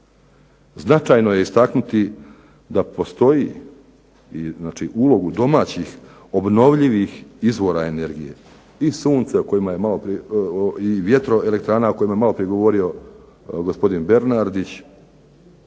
Značajno je istaknuti da postoji, znači ulogu domaćih obnovljivih izvora energije i sunce o kojima je malo prije i vjetro elektrana o kojima je malo prije govorio gospodin Bernardić.